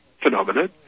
phenomenon